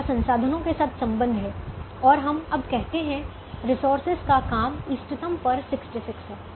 इसका संसाधनों के साथ संबंध है और हम अब कहते हैं रिसोर्सेज का काम इष्टतम पर 66 है